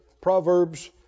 Proverbs